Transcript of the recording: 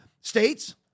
states